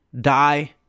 die